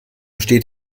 steht